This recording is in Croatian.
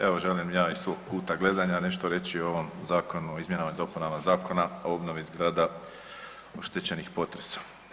Evo želim i ja iz svog kuta gledanja nešto reći o ovom Zakonu o izmjenama i dopunama Zakona o obnovi zgrada oštećenih potresom.